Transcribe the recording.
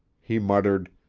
he muttered,